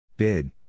Bid